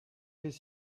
his